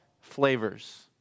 flavors